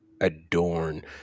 adorn